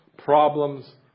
problems